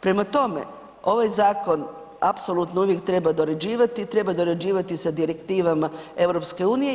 Prema tome, ovaj zakon apsolutno uvijek treba dorađivati, treba dorađivati sa direktivama EU-a